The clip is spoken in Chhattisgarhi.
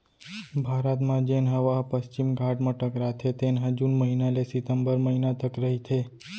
भारत म जेन हवा ह पस्चिम घाट म टकराथे तेन ह जून महिना ले सितंबर महिना तक रहिथे